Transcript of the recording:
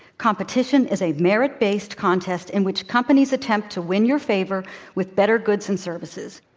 competition is a merit-based contest in which companies attempt to win your favor with better goods and services.